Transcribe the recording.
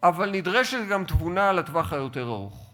אבל נדרשת גם תבונה לטווח היותר ארוך.